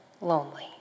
lonely